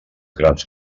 grans